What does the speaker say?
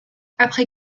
après